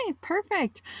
perfect